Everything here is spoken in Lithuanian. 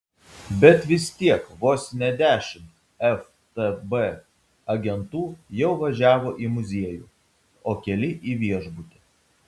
bet vis tiek vos ne dešimt ftb agentų jau važiavo į muziejų o keli į viešbutį